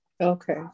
Okay